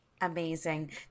amazing